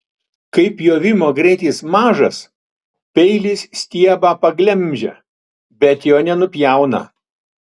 kai pjovimo greitis mažas peilis stiebą paglemžia bet jo nenupjauna